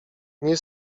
nie